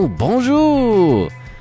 Bonjour